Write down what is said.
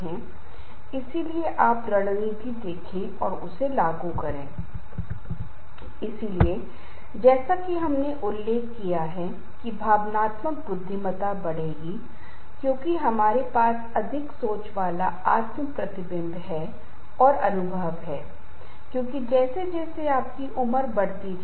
इसके विपरीत पूर्वी साहित्य में कई लोकप्रिय तकनीकें हैं और ये साक्ष्य आधारित तकनीकें हैं जो तनाव को कम करने के लिए हैं उदाहरण के लिए शरीर के निचले हिस्से से छूट की तकनीक जिसे आप चेहरे की मांसपेशियों तक ले जाते हैं 10 सेकंड के लिए कहते हैं इसी तरह आप शरीर के निचले हिस्से से पैर और पैर से चेहरे और सिर के उस हिस्से तक जाते हैं जिसके हर हिस्से के लिए आपको 10 सेकंड लगते हैं